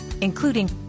including